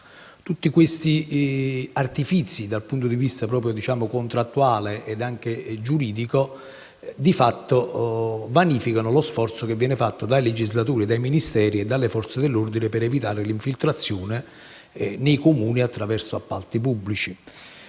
Tutti questi artifizi dal punto di vista contrattuale e anche giuridico di fatto vanificano lo sforzo che viene fatto dai legislatori, dai Ministeri e dalle Forze dell'ordine per evitare l'infiltrazione nei Comuni attraverso gli appalti pubblici.